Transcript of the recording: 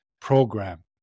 program